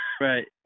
Right